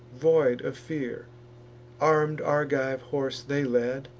void of fear arm'd argive horse they led,